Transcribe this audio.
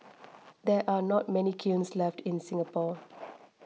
there are not many kilns left in Singapore